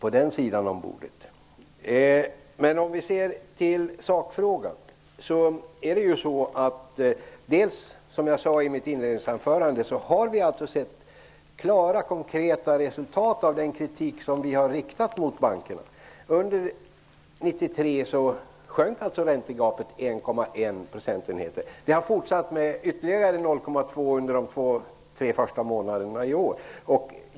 Men om vi ser till sakfrågan har vi -- som jag sade i mitt inledningsanförande -- sett klara, konkreta resultat av den kritik som vi har riktat mot bankerna. Under 1993 minskade räntegapet med 1,1 procentenheter. Det har fortsatt med ytterligare 0,2 procentenheter under de två tre första månaderna i år.